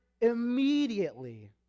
immediately